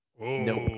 Nope